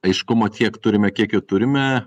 aiškumo tiek turime kiek jo turime